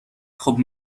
خوب